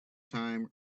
time